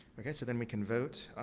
okay. so, then, we can vote.